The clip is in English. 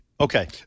Okay